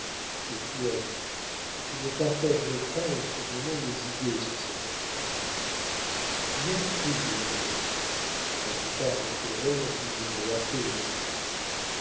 mais tu aimes et tu ne partagerais pas en ce moment mes idées sur cette matière bien du plaisir mes enfants ajouta ronquerolles en riant et après une pause